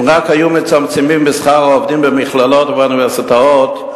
אם רק היו מצמצמים בשכר העובדים במכללות ובאוניברסיטאות,